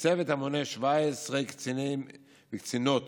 וצוות המונה 17 קציני וקצינות